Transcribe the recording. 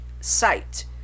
site